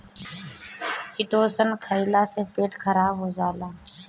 chitosan ढेर खईला से पेट खराब हो जाला